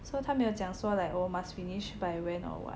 so 它没有说讲 so like oh must finish by when or [what]